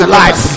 life